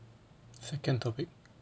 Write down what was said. second topic